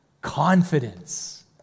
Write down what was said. confidence